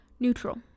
neutral